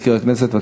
אפשר להוסיף, ?